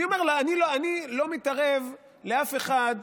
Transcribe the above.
אני אומר, אני לא מתערב לאף אחד,